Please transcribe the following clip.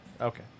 Okay